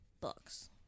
books